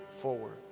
forward